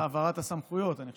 לעצם העברת הסמכויות, אני חושב,